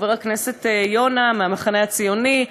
חבר הכנסת יונה מהמחנה הציוני,